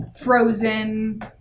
Frozen